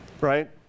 right